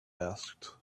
asked